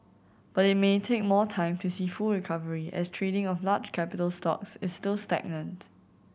but it may take more time to see full recovery as trading of large capital stocks is still stagnant